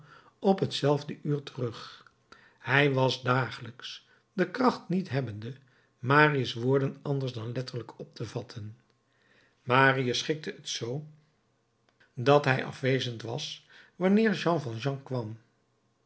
op hetzelfde uur terug hij kwam dagelijks de kracht niet hebbende marius woorden anders dan letterlijk op te vatten marius schikte het zoo dat hij afwezend was wanneer jean valjean kwam